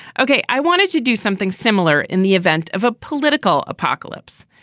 ok. i wanted to do something similar in the event of a political apocalypse.